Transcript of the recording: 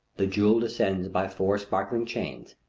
the jewel descends by four sparkling chains,